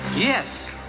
Yes